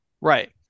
Right